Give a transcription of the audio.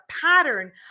pattern